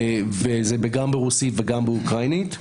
גם ברוסית וגם באוקראינית,